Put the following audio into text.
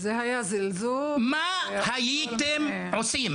מה הייתם עושים?